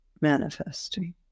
manifesting